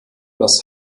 das